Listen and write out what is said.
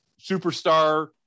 superstar